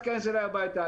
אל תיכנס אליי הביתה,